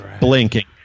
blinking